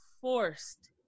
forced